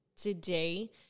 today